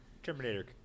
Terminator